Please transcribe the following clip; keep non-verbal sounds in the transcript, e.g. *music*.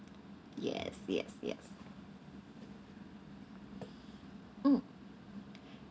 yes yes yes *breath* mm